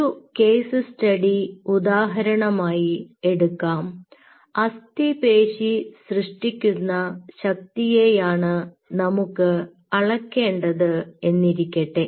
ഒരു case study ഉദാഹരണമായി എടുക്കാം അസ്ഥിപേശി സൃഷ്ടിക്കുന്ന ശക്തിയെയാണ് നമുക്ക് അളക്കേണ്ടത് എന്നിരിക്കട്ടെ